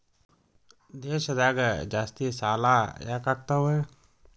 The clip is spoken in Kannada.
ದೇಶದಾಗ ಜಾಸ್ತಿಸಾಲಾ ಯಾಕಾಗ್ತಾವ?